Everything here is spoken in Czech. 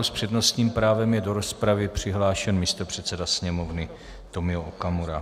S přednostním právem je do rozpravy přihlášen místopředseda Sněmovny Tomio Okamura.